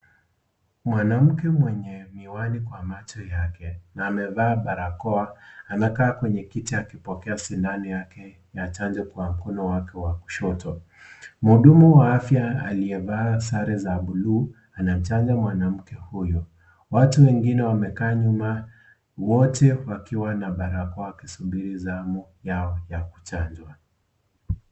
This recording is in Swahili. Mwanamke mwenye miwani kwa macho yake, na amevaa barakoa na anakaa kwenye kicha akipokea sindano yake ya janjo kwa mkono wake wa kushoto, mhudumu wa afya aliyevaa sare za blue anajacha mwanamke huyu , watu wengine wamekaa nyuma wote wakiwa na barakoa wakisubiri, zamu yao ya kujanjwa.